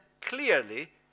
clearly